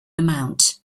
amount